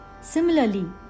Similarly